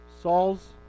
Saul's